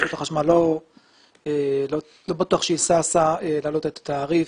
רשות החשמל, לא בטוח שהיא ששה להעלות את התעריף.